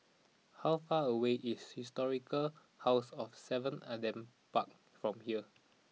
how far away is Historical House of seven Adam Park from here